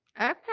Okay